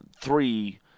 three